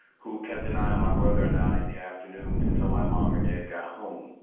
who kept an eye on my brother and i in the afternoons until my mom or dad got home.